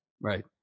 Right